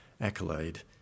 accolade